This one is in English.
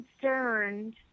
concerned